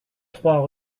trois